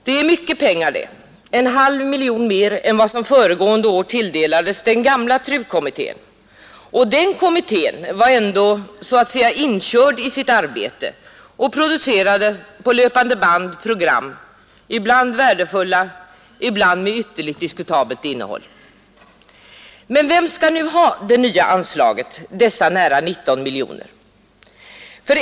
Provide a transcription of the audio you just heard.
Det är mycket pengar det, en halv miljon mer än vad som föregående år tilldelades den gamla TRU-kommittén, och den kommittén var ändå så att säga inkörd i sitt arbete och producerade på löpande band program, ibland värdefulla, ibland med ytterligt diskutabelt innehåll. Men vem skall nu ha det nya anslaget, dessa nära 19 miljoner kronor?